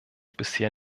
bisher